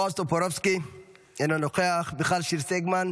בועז טופורובסקי, אינו נוכח, מיכל שיר סגמן,